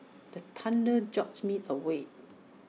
the thunder jolt me awake